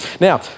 Now